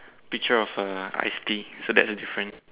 picture of a iced tea so that's the difference